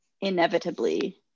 inevitably